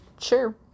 sure